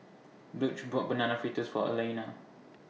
Dulce bought Banana Fritters For Alaina